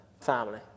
Family